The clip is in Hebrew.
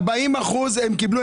ארבעים אחוזים הם קיבלו.